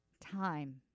time